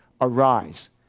Arise